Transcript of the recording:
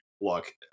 look